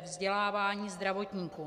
vzdělávání zdravotníků.